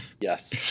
yes